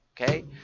Okay